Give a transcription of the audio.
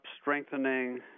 strengthening